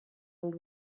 old